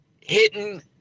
hitting